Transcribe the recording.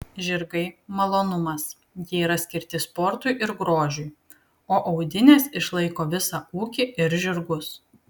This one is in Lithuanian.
žirgai malonumas jie yra skirti sportui ir grožiui o audinės išlaiko visą ūkį ir žirgus